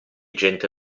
gente